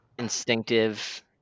instinctive